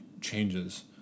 changes